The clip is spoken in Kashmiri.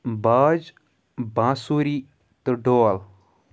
باج بانسُری تہٕ ڈول